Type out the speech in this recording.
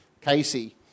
Casey